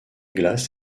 glaces